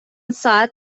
ساعت